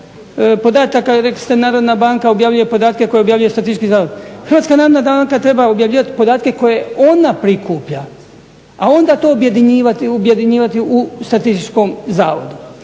podataka rekli ste Narodna banka objavljuje podatke koje objavljuje Statistički zavod. Hrvatska narodna banka treba objavljivati podatke koje ona prikuplja, a onda to objedinjivati u Statističkom zavodu.